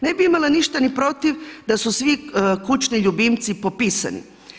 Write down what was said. Ne bih imala ništa ni protiv da su svi kućni ljubimci popisani.